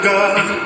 God